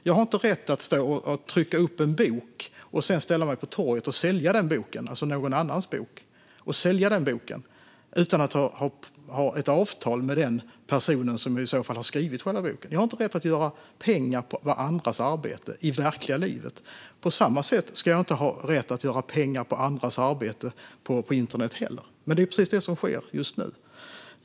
Jag har inte rätt att trycka upp en bok och sedan ställa mig på torget och sälja den, alltså någon annans bok, utan att ha ett avtal med den person som har skrivit boken. Jag har inte rätt att göra pengar på andras arbete i verkliga livet. På samma sätt ska jag inte heller ha rätt att göra pengar på andras arbete på internet. Men det är precis det som sker just nu.